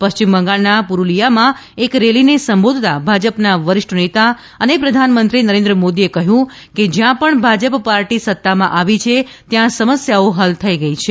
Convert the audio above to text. પશ્ચિમ બંગાળનાં પુરૂલિયામાં એક રેલીને સંબોધતાં ભાજપના વરિષ્ઠ નેતા અને પ્રધાનમંત્રી નરેન્દ્ર મોદીએ કહ્યું છે કે જ્યાં પણ ભાજપ પાર્ટી સત્તામાં આવી છે ત્યાં સમસ્યાઓ હલ થઈ ગઈ છે